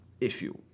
issue